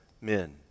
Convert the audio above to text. men